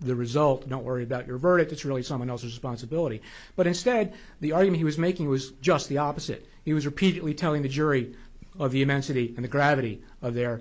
the result don't worry about your verdict it's really someone else's sponsibility but instead the army was making was just the opposite he was repeatedly telling the jury of humanity and the gravity of their